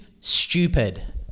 Stupid